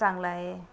चांगलं आहे